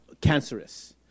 cancerous